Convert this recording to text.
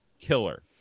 killer